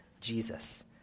Jesus